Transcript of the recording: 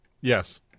Yes